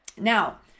Now